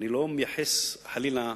אני לא מייחס, חלילה,